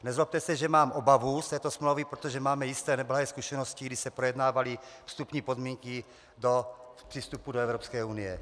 Nezlobte se, že mám obavu z této smlouvy, protože máme jisté neblahé zkušenosti, kdy se projednávaly vstupní podmínky přístupu do Evropské unie.